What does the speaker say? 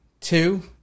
two